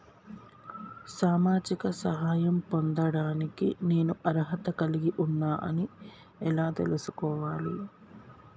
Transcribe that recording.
సామాజిక సహాయం పొందడానికి నేను అర్హత కలిగి ఉన్న అని ఎలా తెలుసుకోవాలి?